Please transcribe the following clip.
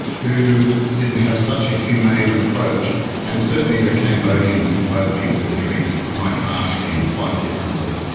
who didn't have such a humane approach and certainly the cambodian boat people were treated quite harshly and quite differently.